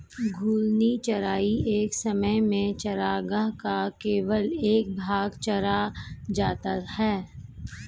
घूर्णी चराई एक समय में चरागाह का केवल एक भाग चरा जाता है